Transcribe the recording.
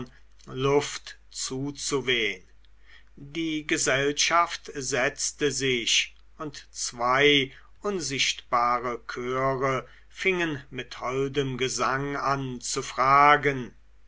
luft zuzuwehn die gesellschaft setzte sich und zwei unsichtbare chöre fingen mit holdem gesang an zu fragen